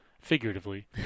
figuratively